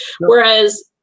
Whereas